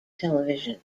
television